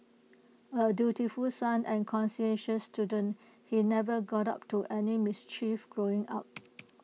A dutiful son and conscientious student he never got up to any mischief growing up